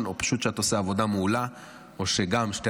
או שפשוט את עושה עבודה מעולה או שגם וגם.